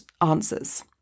answers